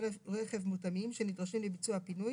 רכב מותאמים שנדרשים לביצוע הפינוי,